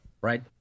Right